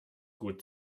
gut